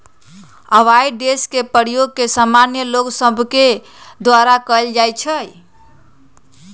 avoidance के प्रयोग सामान्य लोग सभके द्वारा कयल जाइ छइ